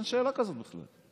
אין שאלה כזאת בכלל.